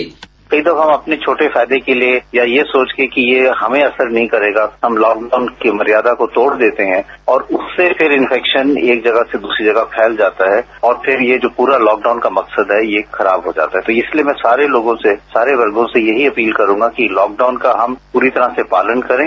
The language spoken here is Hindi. बाईट कई दफा हम अपने छोटे फायदे के लिए या ये सोच कि ये हमें असर नहीं करेगा हम लॉकडाउन की मर्यादा को तोड़ देते हैं और उससे फिर इंफेक्शन एक जगह से दूसरी जगह फैल जाता है और फिर ये जो पूरा लॉकडाउन का मकसद है ये खराब हो जाता है तो इसलिए मैं सारे लोगों से सारे वर्गों से यही अपील करूंगा कि लॉकडाउन का हम पूरी तरह से पालन करें